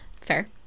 fair